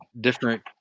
different